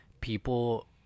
people